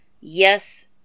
Yes